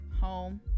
home